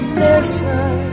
listen